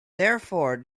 therefore